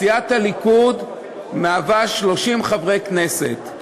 סיעת הליכוד מהווה 30 חברי כנסת.